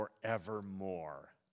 forevermore